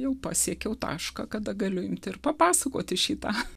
jau pasiekiau tašką kada galiu imti ir papasakoti šį tą